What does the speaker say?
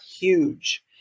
huge